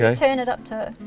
yeah turn it up to,